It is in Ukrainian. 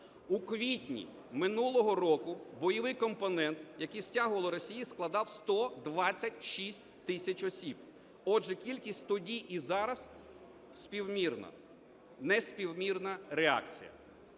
У квітні минулого року бойовий компонент, який стягувала Росія, складав 126 тисяч осіб. Отже, кількість тоді і зараз співмірна, не співмірна реакція.